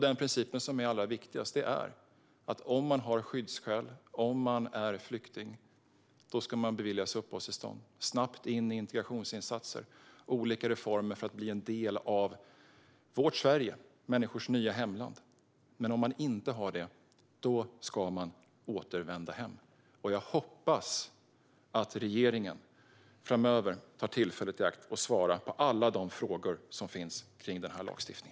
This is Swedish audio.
Den princip som är allra viktigast är att om man har skyddsskäl och är flykting ska man beviljas uppehållstillstånd och snabbt komma in i integrationsinsatser och olika reformer för att bli en del av vårt Sverige - människors nya hemland. Men om man inte har det ska man återvända hem. Jag hoppas att regeringen framöver tar tillfället i akt att svara på alla frågor som finns kring denna lagstiftning.